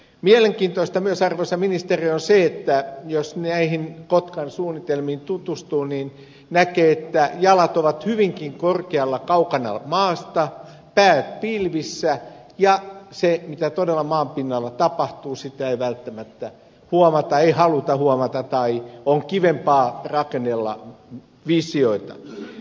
mielenkiintoista myös arvoisa ministeri on se että jos näihin kotkan suunnitelmiin tutustuu niin näkee että jalat ovat hyvinkin korkealla kaukana maasta pää pilvissä ja sitä mitä todella maan pinnalla tapahtuu ei välttämättä huomata ei haluta huomata tai on kivempaa rakennella visioita